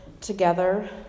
together